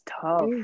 tough